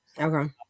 Okay